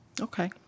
Okay